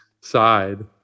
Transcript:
side